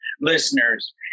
listeners